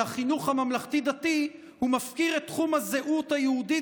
החינוך הממלכתי-דתי ומפקיר את תחום הזהות היהודית